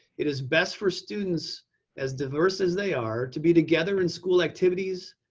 it is best for students as diverse as they are to be together in school activities,